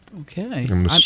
Okay